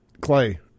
Clay